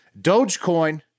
Dogecoin